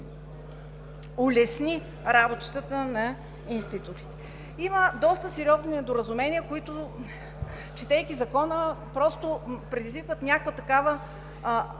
улесни работата на институтите. Има доста сериозни недоразумения, които, четейки Закона, предизвикват някаква ирония